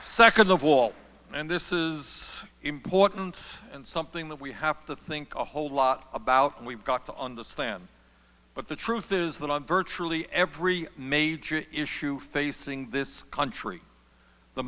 second of all and this is important and something that we have to think a whole lot about and we've got to understand but the truth is that on virtually every major issue facing this country the